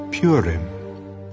Purim